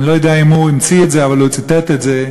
אני לא יודע אם הוא המציא את זה אבל הוא ציטט את זה,